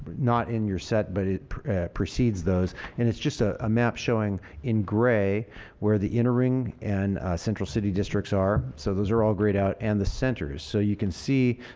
not in your set but precedes those. and it's just a ah map showing in gray where the inner ring and central city districts are. so those are ah grayed out, and the centers. so you can see